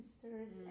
sisters